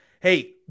hey